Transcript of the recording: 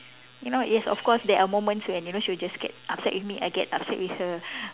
you know yes of course there are moments when you know she will just get upset with me I get upset with her